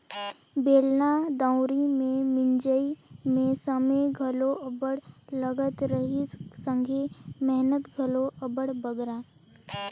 बेलना दउंरी मे मिंजई मे समे घलो अब्बड़ लगत रहिस संघे मेहनत घलो अब्बड़ बगरा